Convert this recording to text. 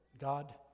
God